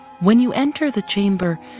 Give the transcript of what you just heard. when you enter the chamber,